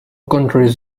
countries